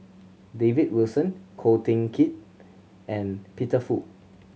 David Wilson Ko Teck Kin and Peter Fu